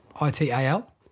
I-T-A-L